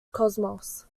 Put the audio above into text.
cosmos